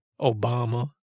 Obama